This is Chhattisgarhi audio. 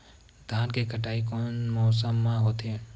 धान के कटाई कोन मौसम मा होथे?